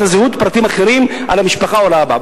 הזהות ופרטים אחרים על המשפחה או על האבא.